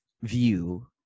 view